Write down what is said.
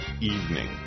evening